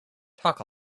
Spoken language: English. talk